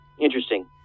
Interesting